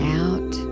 out